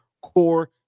core